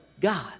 God